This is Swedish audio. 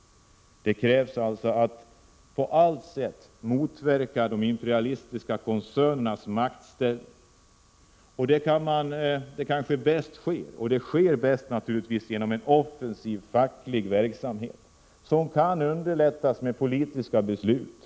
Det krävs alltså att man på alla sätt motverkar de imperialistiska koncernernas maktställning. Det sker bäst genom en offensiv facklig verksamhet som kan underlättas genom politiska beslut.